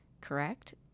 correct